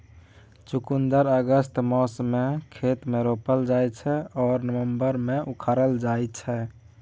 चुकंदर अगस्त मासमे खेत मे रोपल जाइ छै आ नबंबर मे उखारल जाइ छै